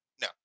No